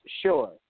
sure